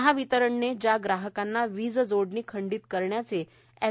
महावितरणने ज्या ग्राहकांना वीजजोडणी खंडीत करण्याचे एस